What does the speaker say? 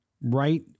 right